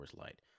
Light